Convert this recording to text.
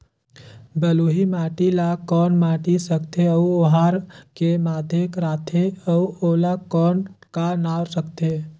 बलुही माटी ला कौन माटी सकथे अउ ओहार के माधेक राथे अउ ओला कौन का नाव सकथे?